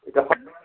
এতিয়া